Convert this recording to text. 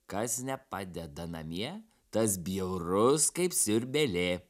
kas nepadeda namie tas bjaurus kaip siurbėlė